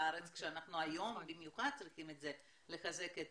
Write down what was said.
לארץ כשאנחנו היום במיוחד צריכים לחזק את